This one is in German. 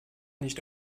nicht